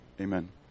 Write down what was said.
amen